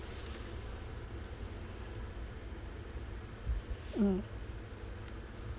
mm